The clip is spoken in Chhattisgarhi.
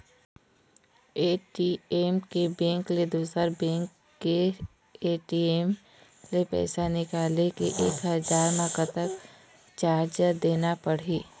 ए.टी.एम के बैंक ले दुसर बैंक के ए.टी.एम ले पैसा निकाले ले एक हजार मा कतक चार्ज देना पड़ही?